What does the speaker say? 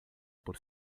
por